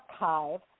archive